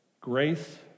grace